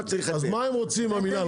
אז מה הם רוצים, המינהל?